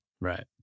Right